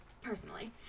Personally